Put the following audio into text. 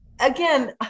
again